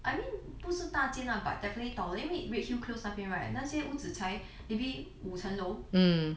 I mean 不是大间 lah but definitely taller 因为 redhill close 那边 right 那些屋子才 maybe 五城楼